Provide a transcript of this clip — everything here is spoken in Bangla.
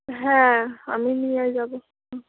হ্যাঁ আমি নিয়ে যাবো হুঁ